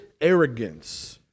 arrogance